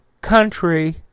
country